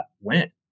went